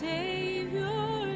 Savior